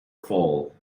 fall